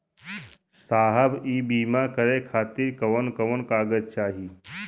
साहब इ बीमा करें खातिर कवन कवन कागज चाही?